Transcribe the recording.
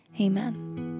Amen